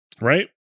Right